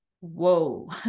whoa